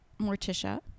Morticia